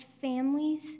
families